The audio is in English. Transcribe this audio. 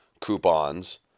coupons